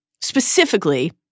specifically